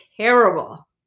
terrible